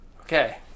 Okay